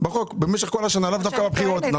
ולא רק בתקופת הבחירות.